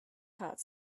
heart